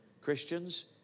Christians